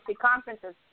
conferences